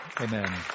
Amen